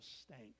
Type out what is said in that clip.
stank